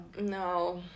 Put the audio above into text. No